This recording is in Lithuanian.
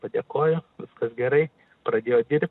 padėkojo viskas gerai pradėjo dirbt